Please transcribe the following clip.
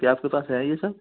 क्या आपके पास है ये सब